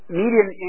median